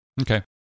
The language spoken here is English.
Okay